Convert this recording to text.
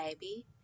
baby